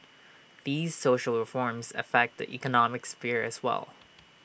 these social reforms affect the economic sphere as well